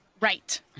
Right